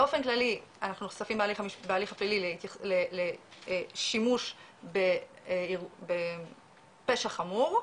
באופן כללי אנחנו נחשפים בהליך הפלילי שימוש בפשע חמור,